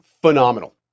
phenomenal